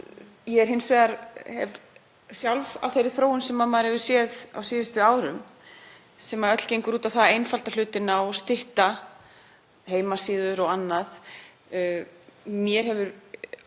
finnst hins vegar sjálf sú þróun sem maður hefur séð á síðustu árum, sem öll gengur út á það að einfalda hlutina og stytta, heimasíður og annað, oft